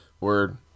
word